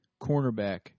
cornerback